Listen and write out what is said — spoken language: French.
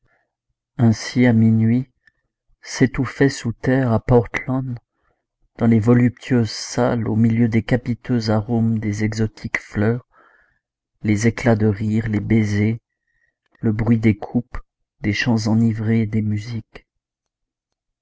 ainsi à minuit s'étouffaient sous terre à portland dans les voluptueuses salles au milieu des capiteux aromes des exotiques fleurs les éclats de rire les baisers le bruit des coupes des chants enivrés et des musiques